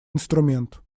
инструмент